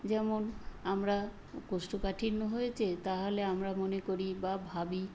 যেমন আমরা কোষ্ঠকাঠিন্য হয়েছে তাহলে আমরা মনে করি বা ভাবি